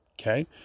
okay